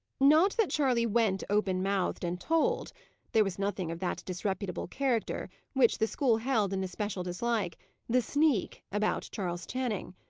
not that charley went, open-mouthed, and told there was nothing of that disreputable character which the school held in especial dislike the sneak, about charles channing.